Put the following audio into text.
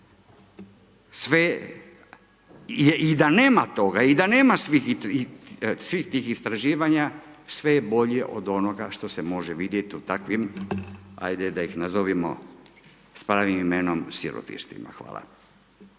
i da nema toga, i da nema svih tih istraživanja, sve je bolje od onoga što se može vidjeti u takvim, ajde da ih nazovemo s pravim imenom, sirotištima. Hvala.